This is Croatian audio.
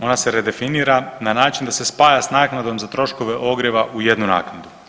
Ona se redefinira na način da se spaja s naknadom za troškove ogrjeva u jednu naknadu.